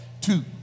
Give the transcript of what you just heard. Two